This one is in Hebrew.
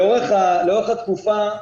לאורך התקופה,